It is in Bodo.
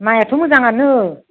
माइआथ' मोजाङानो